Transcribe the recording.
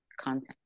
content